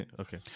okay